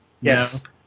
Yes